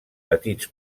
petits